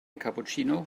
cappuccino